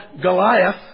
Goliath